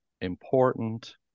important